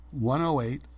108